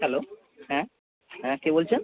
hello হ্যাঁ হ্যাঁ কে বলছেন